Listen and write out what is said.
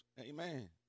Amen